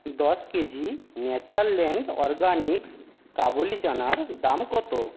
দশ KG Natureland Organics কাবুলি চানার দাম কত